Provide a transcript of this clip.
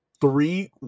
three